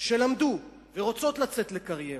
שלמדו ורוצות לצאת לקריירה,